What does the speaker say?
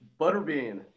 Butterbean